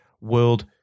world